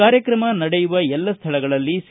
ಕಾರ್ಯಕ್ರಮ ನಡೆಯುವ ಎಲ್ಲ ಸ್ಥಳಗಳಲ್ಲಿ ಸಿ